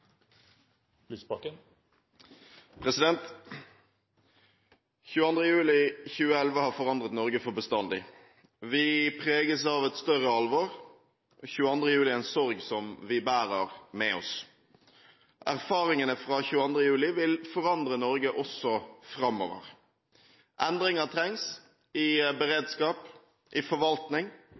juli 2011 har forandret Norge for bestandig. Vi preges av et større alvor. 22. juli er en sorg vi bærer med oss. Erfaringene fra 22. juli vil forandre Norge også framover. Endringer trengs i beredskap og forvaltning.